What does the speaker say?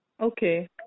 Okay